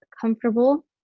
comfortable